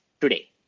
today